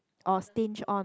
or stinge on